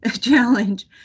challenge